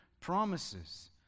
promises